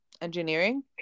engineering